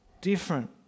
different